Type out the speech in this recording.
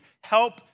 help